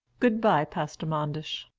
good-bye, pastor manders.